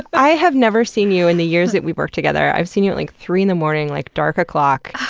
i have never seen you, in the years that we've worked together, i've seen you at like three in the morning at like dark o'clock.